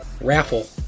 Raffle